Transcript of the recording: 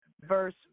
verse